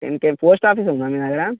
ten K post office ఉందా మీ దగ్గర